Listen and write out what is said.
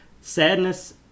Sadness